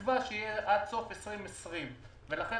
ונקבע שזה יהיה עד סוף 2020. לכן,